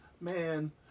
man